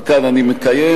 וכאן אני מקיים,